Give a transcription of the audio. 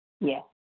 Yes